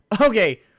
okay